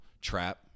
trap